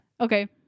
Okay